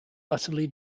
utterly